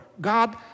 God